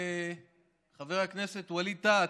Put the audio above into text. חבר הכנסת ווליד טאהא,